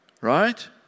Right